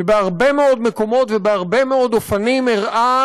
שבהרבה מאוד מקומות ובהרבה מאוד אופנים הראה